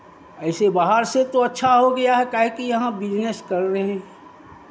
ऐसे बाहर से तो अच्छा हो गया है काहे कि यहाँ बिज़नेस कर रहे हैं